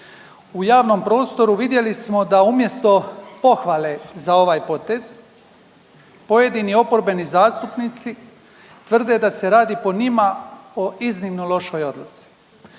U javnom prostoru vidjeli smo da umjesto pohvale za ovaj potez pojedini oporbeni zastupnici tvrde da se radi po njima o iznimno lošoj odluci.